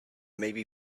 maybe